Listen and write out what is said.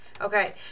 Okay